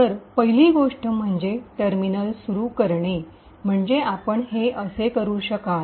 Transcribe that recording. तर पहिली गोष्ट म्हणजे टर्मिनल सुरू करणे म्हणजे आपण हे असे करू शकाल